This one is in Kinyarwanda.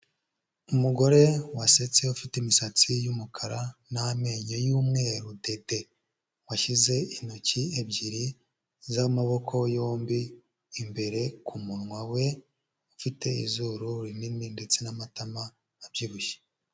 Umugore wasetse, ufite imisatsi y'umukara n'amenyo y'umweru dede. Washyize intoki ebyiri z'amaboko yombi imbere ku munwa we, ufite izuru rinini ndetse n'amatama abyibushye.